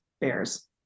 bears